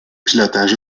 pilotage